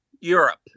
Europe